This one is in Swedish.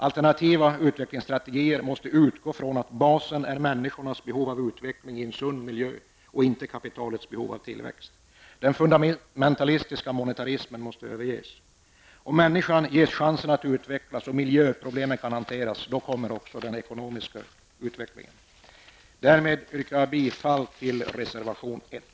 Alternativa utvecklingsstrategier måste utgå från att basen är människans behov av utveckling i en sund miljö och inte kapitalets behov av tillväxt. Den fundamentalistiska monetarismen måste överges. Om människan ges chansen att utvecklas och miljöproblemen kan hanteras, kommer också den ekonomiska utveckling. Därmed yrkar jag bifall till reservation 1.